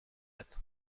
اید